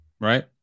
Right